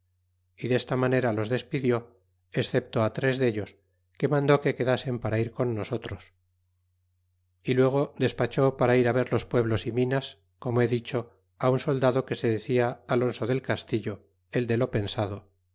y desta manera los despidió excepto á tres dellos que mandó que quedasen para ir con nosotros y luego despachó para ir á ver los pueblos y minas como he dicho á un soldado que se decia alonso del castillo el de lo pensado